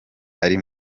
ari